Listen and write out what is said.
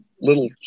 little